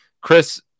Chris